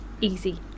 easy